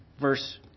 verse